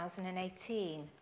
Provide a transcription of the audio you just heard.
2018